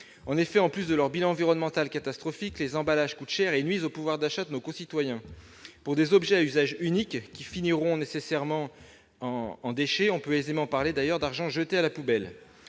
En effet, en plus de leur bilan environnemental catastrophique, les emballages coûtent cher et nuisent au pouvoir d'achat de nos concitoyens. Pour des objets à usage unique, qui finiront nécessairement en déchets, on peut aisément parler d'argent jeté à la poubelle.